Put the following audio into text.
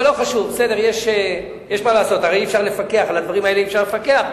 אבל על הדברים האלה אי-אפשר לפקח,